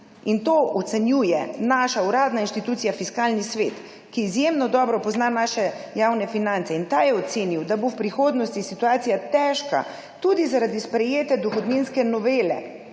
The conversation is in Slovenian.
To ocenjuje naša uradna inštitucija Fiskalni svet, ki izjemno dobro pozna naše javne finance. Ta je ocenil, da bo v prihodnosti situacija težka tudi zaradi sprejete dohodninske novele,